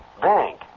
bank